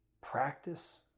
practice